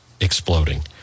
exploding